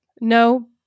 No